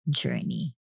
journey